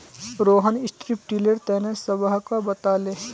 Rohan strip tiller तने सबहाको बताले